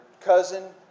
cousin